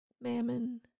mammon